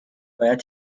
باید